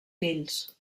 fills